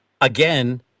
Again